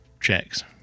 checks